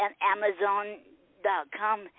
Amazon.com